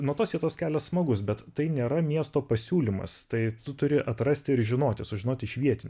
nuo tos vietos kelias smagus bet tai nėra miesto pasiūlymas tai tu turi atrasti ir žinoti sužinot iš vietinių